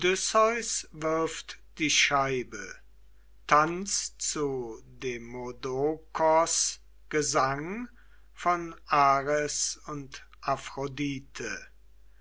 wirft die scheibe tanz zu demodokos gesang von ares und